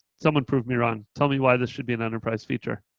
someone prove me wrong. tell me why this should be an enterprise feature.